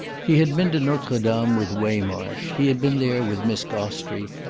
he had been to notre dame with waymarsh, he had been there with miss gostrey,